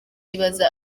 yibaza